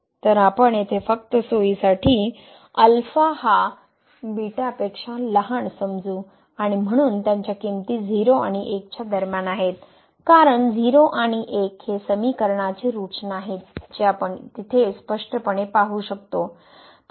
तर आपण येथे फक्त सोयीसाठी अल्फा हा बीटा पेक्षा लहान समजू आणि म्हणून त्यांच्या किंमती 0 आणि 1 दरम्यान आहेत कारण 0 आणि 1 हे समीकरनाचे रूटस नाहीत जे आपण तिथे स्पष्टपणे पाहू शकतो